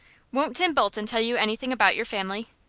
won't tim bolton tell you anything about your family?